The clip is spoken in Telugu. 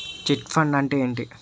చిట్ ఫండ్ అంటే ఏంటి?